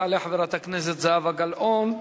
תעלה חברת הכנסת זהבה גלאון,